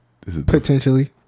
Potentially